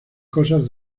cosas